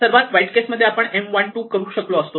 सर्वात वाईट केस मध्ये आपण M 1 2 करू शकलो असतो